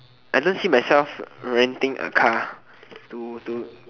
I don't see myself renting a car to to